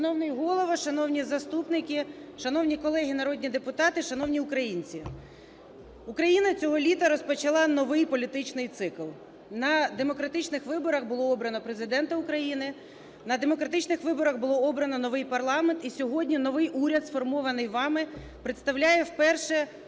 Шановний Голово, шановні заступники, шановні колеги народні депутати, шановні українці, Україна цього літа розпочала новий політичний цикл - на демократичних виборах було обрано Президента України, на демократичних виборах було обрано новий парламент і сьогодні новий уряд, сформований вами, представляє вперше